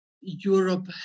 Europe